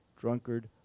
drunkard